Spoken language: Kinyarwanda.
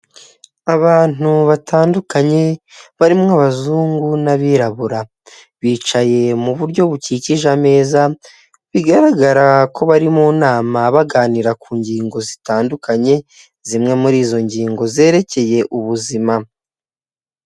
Abantu batandukanye barimo n'abazungu n'abirabura, bicaye mu buryo bukikije ameza bigaragara ko bari mu nama baganira ku ngingo zitandukanye, zimwe muri izo ngingo zerekeye ubuzima.